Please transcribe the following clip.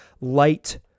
Light